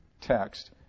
text